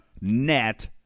net